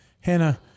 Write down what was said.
Hannah